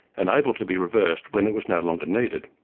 and able to be reversed when it was no longer needed.